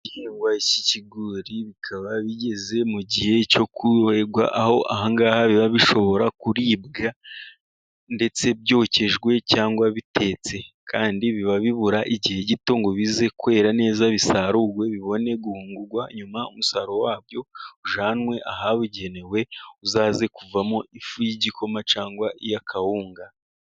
Igihingwa cy'ibigori bikaba bigeze mu gihe cyo kuribwa, aho aha ngaha biba bishobora kuribwa ndetse byokejwe cyangwa bitetse, kandi biba bibura igihe gito ngo bize kwera neza bisarurwe bibone guhungurwa, nyuma umusaruro wabyo ujyanwe ahabugenewe, uzaze kuvamo ifu y'igikoma cyangwa iy'akawunga.